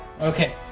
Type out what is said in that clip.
Okay